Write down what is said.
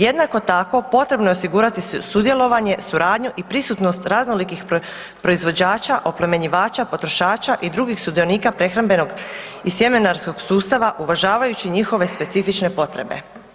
Jednako tako potrebno je osigurati sudjelovanje, suradnju i prisutnost raznolikih proizvođača, oplemenjivača, potrošača i drugih sudionika prehrambenog i sjemenarskog sustava uvažavajući njihove specifične potrebe.